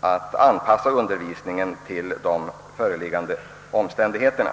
att anpassa undervisningen till de föreliggande omständigheterna.